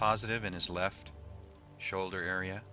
positive in his left shoulder area